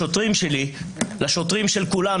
עומדים במחסומים ומקללים שוטרים במשך שעות,